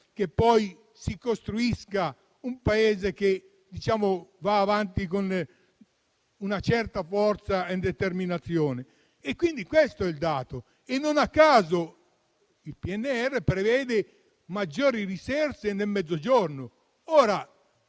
pensare di costruire un Paese che va avanti con una certa forza e determinazione. Questo è il dato e non a caso il PNRR prevede maggiori risorse nel Mezzogiorno.